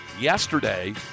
Yesterday